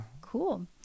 cool